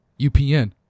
UPN